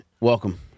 welcome